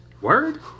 Word